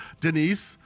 Denise